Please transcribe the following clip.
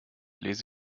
lese